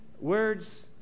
words